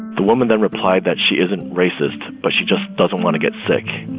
the woman then replied that she isn't racist, but she just doesn't want to get sick